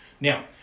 Now